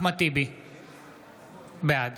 בעד